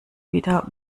wieder